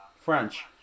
French